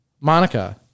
Monica